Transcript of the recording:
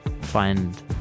find